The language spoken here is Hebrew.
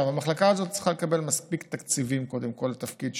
המחלקה הזאת צריכה לקבל קודם כול מספיק תקציבים לתפקיד שלה,